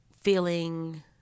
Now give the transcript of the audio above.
feeling